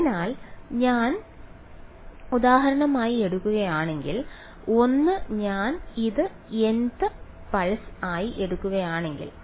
അതിനാൽ ഞാൻ ഉദാഹരണമായി എടുക്കുകയാണെങ്കിൽ 1 ഞാൻ ഇത് nth പൾസ് ആയി എടുക്കുകയാണെങ്കിൽ